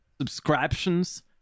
subscriptions